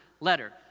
letter